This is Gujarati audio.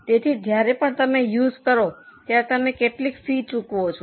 તેથી જ્યારે પણ તમે ઉઝ કરો ત્યારે તમે કેટલીક ફી ચૂકવો છો